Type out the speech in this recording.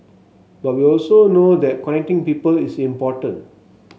but we also know that connecting people is important